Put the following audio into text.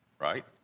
right